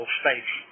space